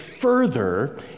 further